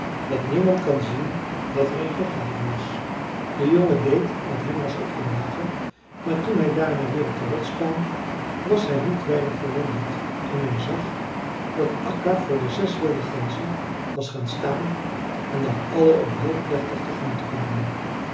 dat niemand kan zien dat er in gegraven is de jongen deed wat hem was opgedragen maar toen hij daarna weer op de rots kwam was hij niet weinig verwonderd toen hij zag dat akka voor de zes wilde ganzen was gaan staan en dat alle hem heel plechtig tegemoet kwamen